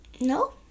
No